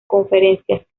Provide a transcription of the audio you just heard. conferencias